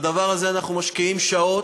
בדבר הזה אנחנו משקיעים שעות.